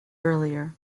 earlier